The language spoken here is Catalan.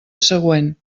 següent